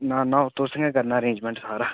ना ना ओह् तुसें गै करना अरेंजमैंट सारा